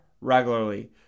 regularly